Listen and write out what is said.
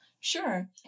Sure